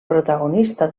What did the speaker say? protagonista